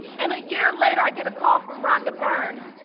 and a year later, i get a call from rhonda byrne,